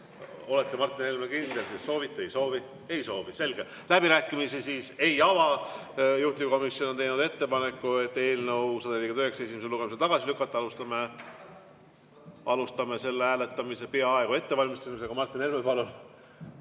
Olete, Martin Helme, kindel? Soovite? Ei soovi? Ei soovi. Selge. Läbirääkimisi siis ei ava. Juhtivkomisjon on teinud ettepaneku eelnõu 149 esimesel lugemisel tagasi lükata. Alustame selle hääletamise peaaegu ettevalmistamist. Martin Helme, palun!